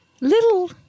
little